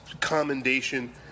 commendation